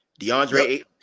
DeAndre